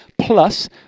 plus